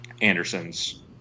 Anderson's